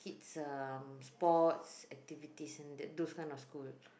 it's a sport activity and that those kind of school